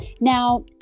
Now